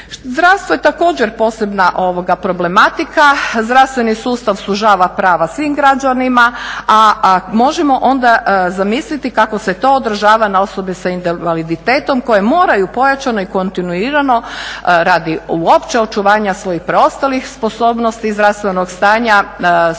Zdravstvo je također posebna problematika, zdravstveni sustav sužava prava svim građanima, a možemo onda zamisliti kako se to odražava na osobe sa invaliditetom koje moraju pojačano i kontinuirano radi uopće očuvanja svojih preostalih sposobnosti zdravstvenog stanja su